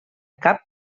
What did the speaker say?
cap